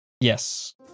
yes